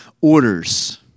orders